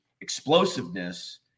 explosiveness